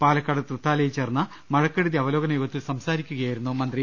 പാലക്കാട് തൃത്താലയിൽ ചേർന്ന മഴക്കെടുതി അവലോകന യോഗത്തിൽ സംസാരിക്കുകയായിരുന്നു മന്ത്രി